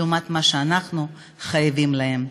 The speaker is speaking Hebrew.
לעומת מה שאנחנו חייבים להם.